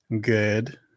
Good